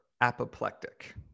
apoplectic